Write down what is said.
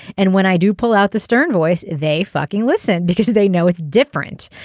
and when i do pull out the stern voice they fucking listen because they know it's different.